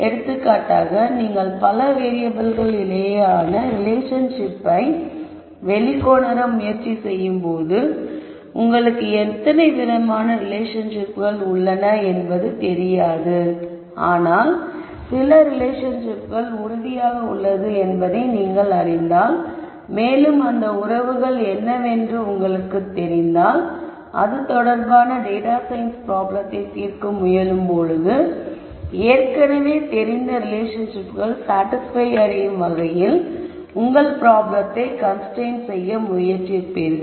எடுத்துக்காட்டாக நீங்கள் பல வேறியபிள்கள் இடையேயான ரிலேஷன்ஷிப்பை வெளிக்கொணர முயற்சி செய்யும் பொழுது உங்களுக்கு எத்தனை விதமான ரிலேஷன்ஷிப்கள் உள்ளன என்பது தெரியாது ஆனால் சில ரிலேஷன்ஷிப்கள் உறுதியாக உள்ளது என்பதை நீங்கள் அறிந்தால்மேலும் அந்த உறவுகள் என்னவென்று உங்களுக்கு தெரிந்தால் அது தொடர்பான டேட்டா சயின்ஸ் ப்ராப்ளத்தை தீர்க்க முயலும் பொழுது ஏற்கனவே தெரிந்த ரிலேஷன்ஷிப்கள் சாடிஸ்பய் அடையும் வகையில் உங்கள் ப்ராப்ளத்தை கன்ஸ்ரைன்ட் செய்ய முயற்சிப்பீர்கள்